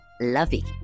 lovey